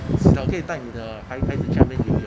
知道可以戴着你的孩子去游泳